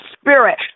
spirit